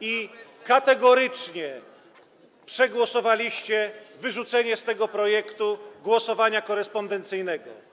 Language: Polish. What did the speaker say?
i kategorycznie przegłosowaliście wyrzucenie z tego projektu głosowania korespondencyjnego.